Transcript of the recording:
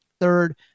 third